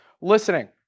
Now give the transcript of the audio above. Listening